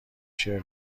شعر